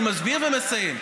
אני מסביר ומסיים.